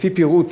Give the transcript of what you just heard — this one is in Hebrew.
לפי פירוט,